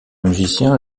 musicien